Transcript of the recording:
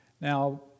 Now